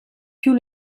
più